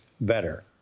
better